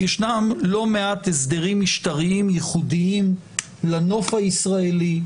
ישנם לא מעט הסדרים משטרים ייחודיים לנוף הישראלי,